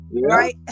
Right